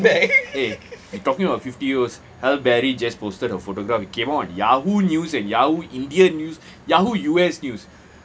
eh talking about fifty years olds halle berry just posted a photograph it came on yahoo news and yahoo india news yahoo U_S news